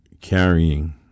carrying